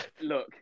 look